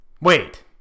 wait